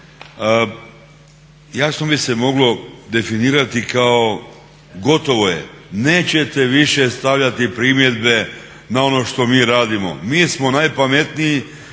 jasno bi se moglo definirati kao gotovo je, nećete više stavljati primjedbe na ono što mi radimo. Mi smo najpametniji,